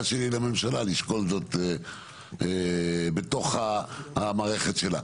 שלי לממשלה לשקול זאת בתוך המערכת שלה.